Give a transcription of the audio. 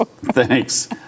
Thanks